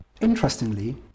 Interestingly